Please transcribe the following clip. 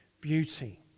beauty